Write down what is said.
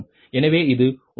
எனவே இது 35